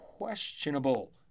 questionable